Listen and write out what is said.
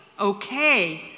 okay